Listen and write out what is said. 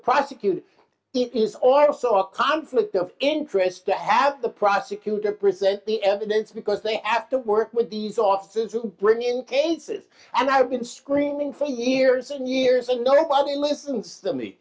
prosecutor it is also a conflict of interest to have the prosecutor present the evidence because they have to work with these often to bring in cases and i've been screaming for years and years and nobody listens to me